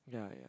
ya ya